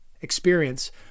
experience